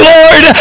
Lord